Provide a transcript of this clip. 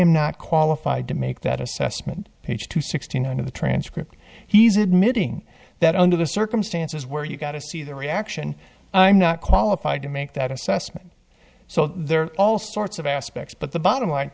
am not qualified to make that assessment to sixty nine of the transcript he's admitting that under the circumstances where you got to see the reaction i'm not qualified to make that assessment so there are all sorts of aspects but the bottom line